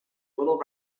little